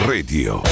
Radio